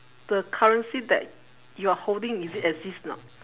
the currency that you are holding is it exist or not